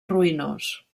ruïnós